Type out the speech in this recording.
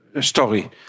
story